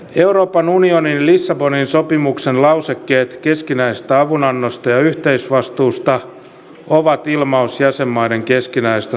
euroopan unionin lissabonin sopimuksen lausekkeet keskinäisestä avunannosta ja yhteisvastuusta ovat ilmaus jäsenmaiden keskinäisestä solidaarisuudesta